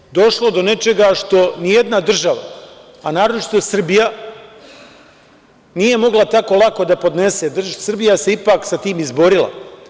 Tada je došlo do nečega što ni jedna država, a naročito Srbija, nije mogla tako lako da podnese, Srbija se ipak sa tim izborila.